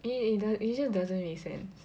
eh eh it just doesn't make sense